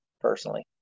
personally